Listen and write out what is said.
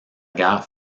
guerre